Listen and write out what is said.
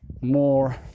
more